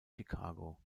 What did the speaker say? chicago